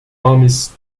armies